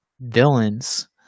villains